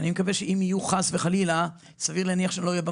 וסביר להניח שאם חס וחלילה יהיו אני